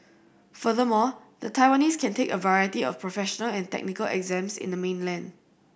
furthermore the Taiwanese can take a variety of professional and technical exams in the mainland